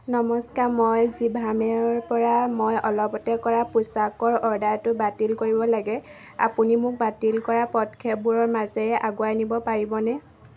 নমস্কাৰ মই জিভামেৰপৰা মই অলপতে কৰা পোচাকৰ অৰ্ডাৰটো বাতিল কৰিব লাগে আপুনি মোক বাতিল কৰা পদক্ষেপবোৰৰ মাজেৰে আগুৱাই নিব পাৰিবনে